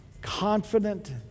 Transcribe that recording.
confident